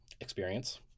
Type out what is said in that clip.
experience